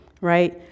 right